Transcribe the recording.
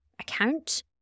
account